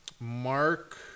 Mark